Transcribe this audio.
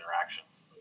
interactions